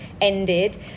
ended